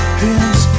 pins